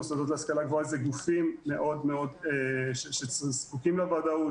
מוסדות להשכלה גבוהה אלה גופים שמאוד מאוד זקוקים לוודאות,